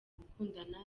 gukundana